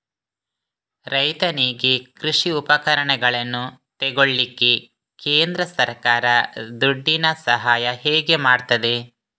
ರೈತನಿಗೆ ಕೃಷಿ ಉಪಕರಣಗಳನ್ನು ತೆಗೊಳ್ಳಿಕ್ಕೆ ಕೇಂದ್ರ ಸರ್ಕಾರ ದುಡ್ಡಿನ ಸಹಾಯ ಹೇಗೆ ಮಾಡ್ತದೆ?